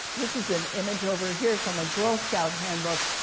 this is an image over here from a girl scout handbook.